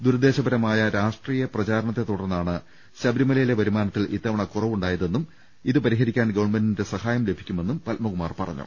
ദുരുദ്ദേശപരമായ രാഷ്ട്രീയ പ്രചാരണത്തെ തുടർന്നാണ് ശബരിമലയിലെ വരുമാനത്തിൽ ഇത്തവണ കുറവുണ്ടായതെന്നും ഇത് പരിഹരിക്കാൻ ഗവണ്മെ ന്റിന്റെ സഹായം ലഭിക്കുമെന്നും പത്മകുമാർ പറഞ്ഞു